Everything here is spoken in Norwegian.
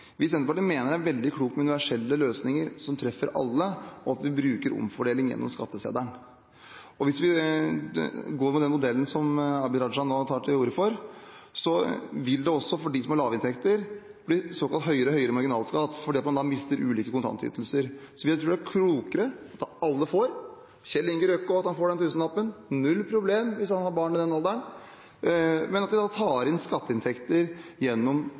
Senterpartiet mener det er veldig klokt med universelle løsninger som treffer alle, og at vi bruker omfordeling gjennom skatteseddelen. Hvis vi går for den modellen Abid Q. Raja nå tar til orde for, vil det for dem med lave inntekter bli såkalt høyere og høyere marginalskatt fordi man mister ulike kontantytelser. Jeg tror det er klokere at alle får – Kjell Inge Røkke får også den tusenlappen, null problem hvis han har barn i den alderen – men at vi tar inn skatteinntekter gjennom